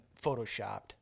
photoshopped